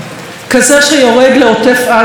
כזה שיורד לעוטף עזה,